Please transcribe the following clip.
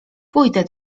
pójdę